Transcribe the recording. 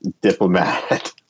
diplomat